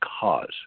cause